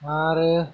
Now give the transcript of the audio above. आरो